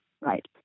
right